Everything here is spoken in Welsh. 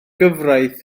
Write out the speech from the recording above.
cyfraith